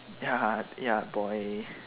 ya ya boy